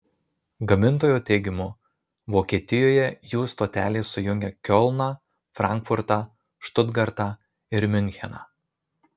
gamintojo teigimu vokietijoje jų stotelės sujungia kiolną frankfurtą štutgartą ir miuncheną